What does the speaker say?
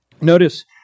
Notice